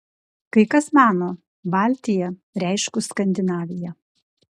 kai kas mano baltia reiškus skandinaviją